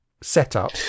setup